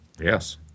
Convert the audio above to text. Yes